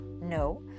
No